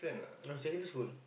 I'm saying this would